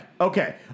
Okay